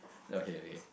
okay okay